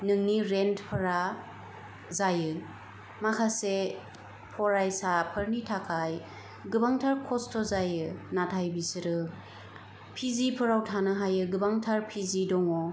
नोंनि रेन्टफ्रा जायो माखासे फरायसाफोरनि थाखाय गोबांथार खस्ट' जायो नाथाय बिसोरो पि जिफोराव थानो हायो गोबांथार पि जि दङ